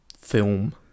film